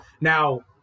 now